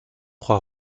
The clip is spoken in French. trois